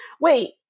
wait